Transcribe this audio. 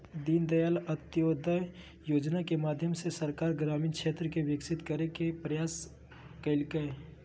दीनदयाल अंत्योदय योजना के माध्यम से सरकार ग्रामीण क्षेत्र के विकसित करय के प्रयास कइलके